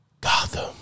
Gotham